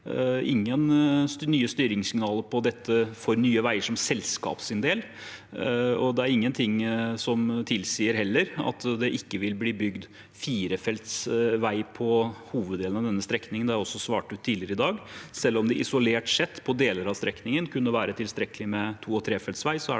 ingen nye styringssignaler for dette for selskapet Nye veiers del. Det er heller ingenting som tilsier at det ikke vil bli bygd firefelts vei på hoveddelen av denne strekningen. Det har jeg også svart tidligere i dag. Selv om det isolert sett på deler av strekningen kunne være tilstrekkelig med to- og trefelts vei,